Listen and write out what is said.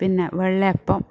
പിന്നെ വെള്ളേപ്പം